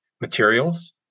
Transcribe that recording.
materials